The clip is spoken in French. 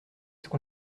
qu’on